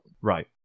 Right